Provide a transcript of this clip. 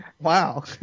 Wow